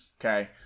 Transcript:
Okay